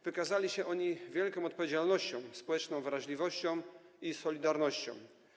Wykazali się oni wielką odpowiedzialnością, społeczną wrażliwością i solidarnością.